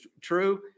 true